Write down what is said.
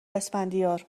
اسفندیار